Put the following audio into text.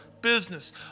business